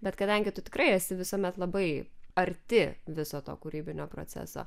bet kadangi tu tikrai esi visuomet labai arti viso to kūrybinio proceso